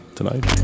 tonight